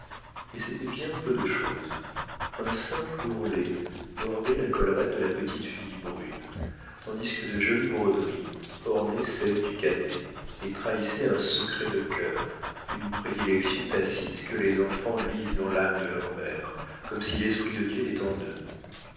et c'était bien peu de chose un simple ourlet bordait la collerette de la petite fille brune tandis que de jolies broderies ornaient celle du cadet et trahissaient un secret de cœur une prédilection tacite que les enfants lisent dans l'âme de leurs mères comme si l'esprit de dieu était en eux